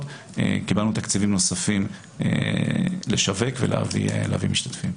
קיבלנו תקציבים נוספים לשווק ולהביא משתתפים.